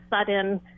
sudden